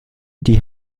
die